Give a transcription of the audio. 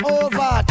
over